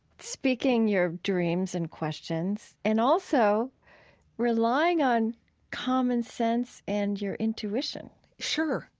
speaking your dreams and questions, and also relying on common sense and your intuition sure.